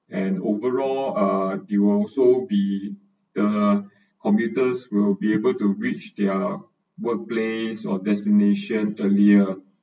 and overall uh you also be the commuters will be able to reach their workplace or destination earlier